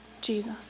Jesus